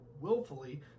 willfully